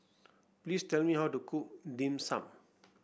please tell me how to cook Dim Sum